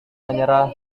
menyerah